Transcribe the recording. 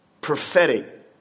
prophetic